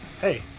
Hey